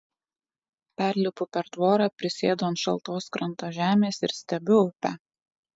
perlipu per tvorą prisėdu ant šaltos kranto žemės ir stebiu upę